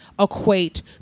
equate